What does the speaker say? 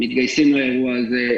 מתגייסים לאירוע הזה,